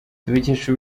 tubikesha